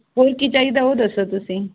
ਹੋਰ ਕੀ ਚਾਹੀਦਾ ਉਹ ਦੱਸੋ ਤੁਸੀਂ